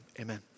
amen